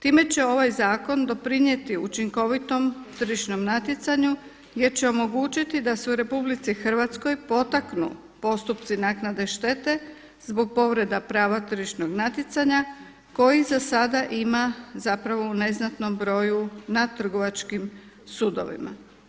Time će ovaj zakon doprinijeti učinkovitom tržišnom natjecanju jer će omogućiti da se u Republici Hrvatskoj potaknu postupci naknade štete zbog povreda prava tržišnog natjecanja koji za sada ima zapravo u neznatnom broju na trgovačkim sudovima.